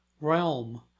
realm